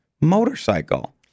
motorcycle